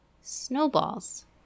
snowballs